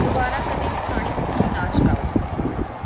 ਦੁਬਾਰਾ ਕਦੇ ਵੀ ਪੁਰਾਣੀ ਸੂਚੀ ਨਾ ਚਲਾਓ